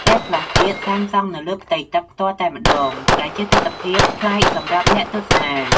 ផ្ទះខ្លះទៀតសាងសង់នៅលើផ្ទៃទឹកផ្ទាល់តែម្តង ដែលជាទិដ្ឋភាពប្លែកសម្រាប់អ្នកទស្សនា។